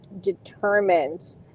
determined